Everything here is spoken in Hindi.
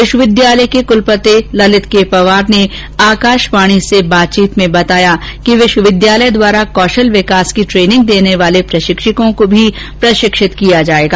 विश्वविद्यालय के कुलपति ललित के पवार ने आकाशवाणी से बातचीत में बताया कि विश्विद्यालय द्वारा कौशल विकास की ट्रेनिंग देने वाले प्रशिक्षकों को भी प्रशिक्षित किया जायेगा